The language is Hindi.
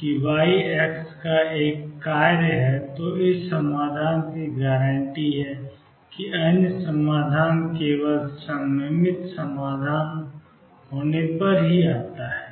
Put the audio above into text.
कि y x का एक कार्य है तो इस समाधान की गारंटी है कि अन्य समाधान केवल सिमिट्रिक समाधान होने पर ही आता है